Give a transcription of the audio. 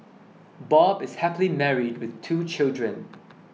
Bob is happily married with two children